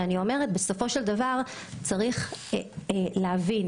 צריך להבין